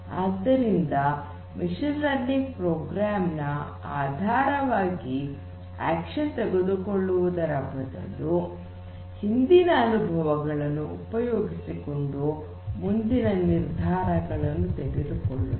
ಆದ್ದರಿಂದ machine learning program ನ ಆಧಾರವಾಗಿ ಆಕ್ಷನ್ ತೆಗೆದುಕೊಳ್ಳುವುದರ ಬದಲು ಹಿಂದಿನ ಅನುಭವಗಳನ್ನು ಉಪಯೋಗಿಸಿಕೊಂಡು ಮುಂದಿನ ನಿರ್ಧಾರಗಳನ್ನುತೆಗೆದುಕೊಳ್ಳುತ್ತದೆ